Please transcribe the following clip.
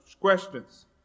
questions